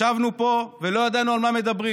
ישבנו פה ולא ידענו על מה מדברים.